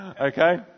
Okay